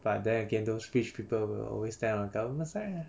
but then again those rich people will always stand on government side lah